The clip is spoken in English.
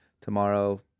Tomorrow